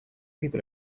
people